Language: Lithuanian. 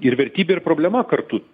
ir vertybė ir problema kartu